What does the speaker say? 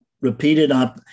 Repeated